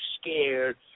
scared